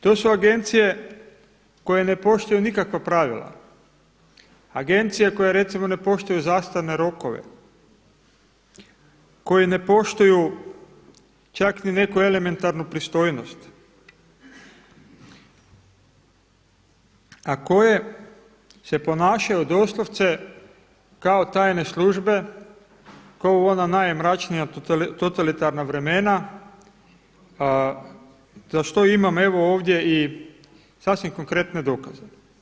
To su agencije koje ne poštuju nikakva pravila, agencija koja recimo ne poštuje zastarne rokove, koji ne poštuju čak niti neku elementarnu pristojnost, a koje se ponašaju doslovce kao tajne službe kao u ona najmračnija totalitarna vremena za što imam evo ovdje i sasvim konkretne dokaze.